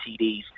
TDs